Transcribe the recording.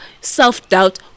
self-doubt